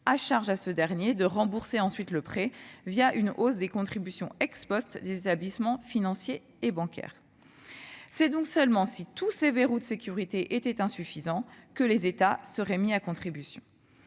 à charge pour ce dernier de rembourser ensuite le prêt, une hausse des contributions des établissements financiers et bancaires. C'est donc seulement dans le cas où tous ces verrous de sécurité se révélaient insuffisants que les États seraient mis à contribution.